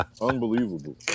Unbelievable